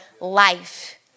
life